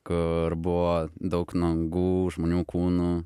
kur buvo daug nuogų žmonių kūnų